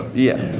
yeah